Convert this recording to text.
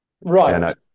Right